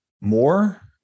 more